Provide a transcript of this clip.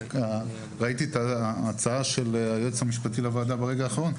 ראיתי את ההצעה של היועץ המשפטי לוועדה ברגע האחרון.